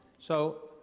so,